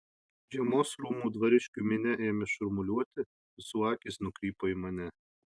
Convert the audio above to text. žiemos rūmų dvariškių minia ėmė šurmuliuoti visų akys nukrypo į mane